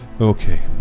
Okay